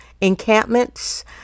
encampments